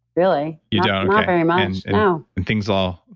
really. yeah not very much, no and things all.